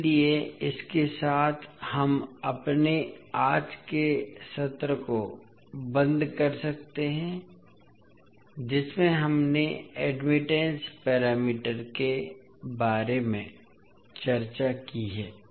इसलिए इसके साथ हम अपने आज के सत्र को बंद कर सकते हैं जिसमें हमने एडमिटेंस पैरामीटर के बारे में चर्चा की है